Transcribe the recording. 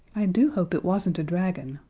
i do hope it wasn't a dragon,